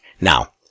Now